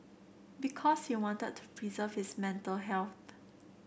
because he wanted to preserve his mental health